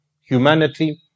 humanity